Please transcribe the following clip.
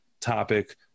topic